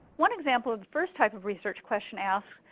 one example of the first type of research question asked,